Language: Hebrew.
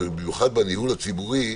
ובמיוחד בניהול הציבורי,